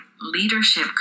leadership